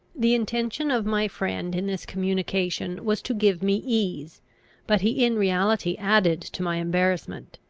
the intention of my friend in this communication was to give me ease but he in reality added to my embarrassment.